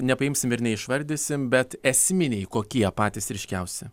nepaimsim ir neišvardysim bet esminiai kokie patys ryškiausi